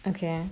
okay